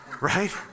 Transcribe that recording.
right